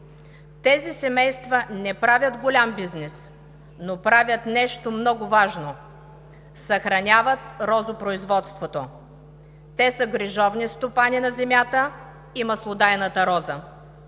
Тези семейства не правят голям бизнес, но правят нещо много важно – съхраняват розопроизводството. Те са грижовни стопани на земята и маслодайната роза.